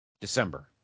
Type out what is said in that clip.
December